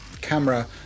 camera